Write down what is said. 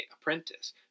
apprentice